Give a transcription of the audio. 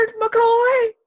McCoy